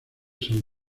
san